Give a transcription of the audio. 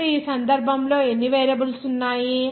ఇప్పుడు ఈ సందర్భంలో ఎన్ని వేరియబుల్స్ ఉన్నాయి